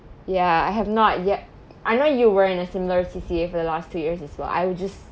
ya I have not yet I know you were in a similar C_C_A for the last two years as well I will just